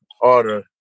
order